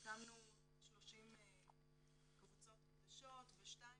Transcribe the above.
הקמנו עוד 30 קבוצות חדשות ושתיים